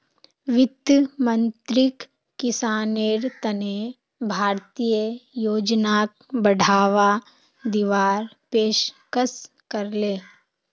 वित्त मंत्रीक किसानेर तने भारतीय योजनाक बढ़ावा दीवार पेशकस करले